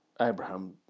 Abraham